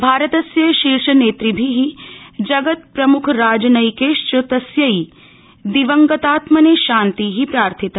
भारतस्य शीर्ष नेतृभि जगत प्रम्ख राजनैकेश्च तस्यै दिवंगतात्मने शान्ति प्रार्थिता